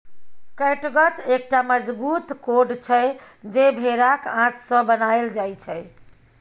कैटगत एकटा मजगूत कोर्ड छै जे भेराक आंत सँ बनाएल जाइ छै